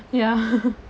ya